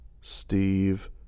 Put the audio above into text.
Steve